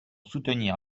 soutenir